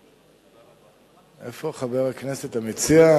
איפה חבר הכנסת המציע?